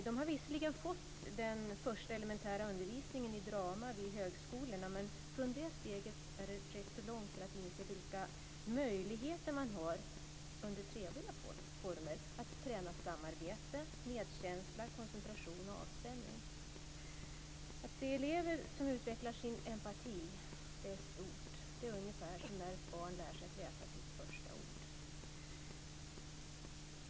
De har visserligen fått den första elementära undervisningen i drama vid högskolorna, men från det är steget rätt långt till att inse vilka möjligheter man har att, under trevliga former, träna samarbete, medkänsla, koncentration och avspänning. Det är stort att se elever som utvecklar sin empati. Det är som när ett barn lär sig att läsa sitt första ord!